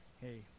hey